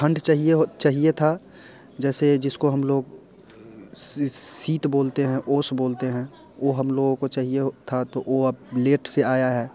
ठंड चाहिए हो चाहिए था जैसे जिसको हम लोग शीत बोलते हैं ओस बोलते हैं वो हम लोगों को चाहिए था तो वह अब लेट से आया है